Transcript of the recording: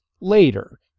later